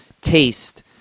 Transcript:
taste